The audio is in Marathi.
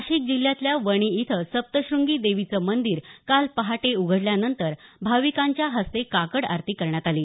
नाशिक जिल्ह्यातल्या वणी इथं सप्तश्रंगी देवीचं मंदीर काल पहाटे उघडल्यानंतर भाविकांच्या हस्ते काकड आरती करण्यात आली